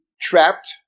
trapped